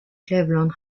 cleveland